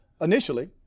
Initially